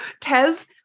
tez